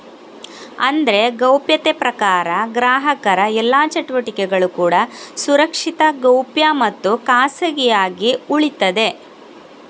ಅಂದ್ರೆ ಗೌಪ್ಯತೆ ಪ್ರಕಾರ ಗ್ರಾಹಕರ ಎಲ್ಲಾ ಚಟುವಟಿಕೆಗಳು ಕೂಡಾ ಸುರಕ್ಷಿತ, ಗೌಪ್ಯ ಮತ್ತು ಖಾಸಗಿಯಾಗಿ ಉಳೀತದೆ